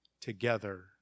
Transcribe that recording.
together